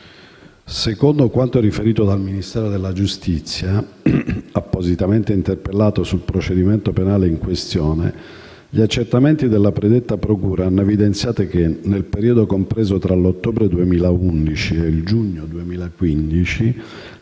Secondo quanto riferito dal Ministero della giustizia, appositamente interpellato sul procedimento penale in questione, gli accertamenti della predetta procura hanno evidenziato che, nel periodo compreso tra l'ottobre 2011 e il giugno 2015,